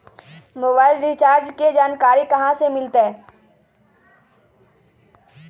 Mobile recharge के जानकारी कहा से मिलतै?